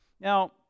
Now